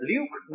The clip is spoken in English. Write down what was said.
Luke